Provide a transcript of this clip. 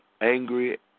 angry